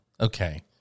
okay